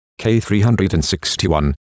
K361